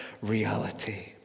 reality